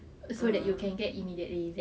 so that you can get immediately is it